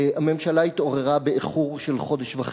הממשלה התעוררה באיחור של חודש וחצי,